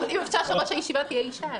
אפשר שראש הישיבה תהיה אישה.